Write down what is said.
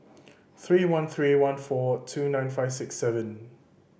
three one three one four two nine five six seven